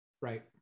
Right